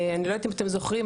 אני לא יודעת אם אתם זוכרים,